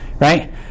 right